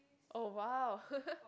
oh !wow!